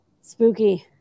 Spooky